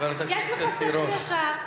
יש לך שכל ישר,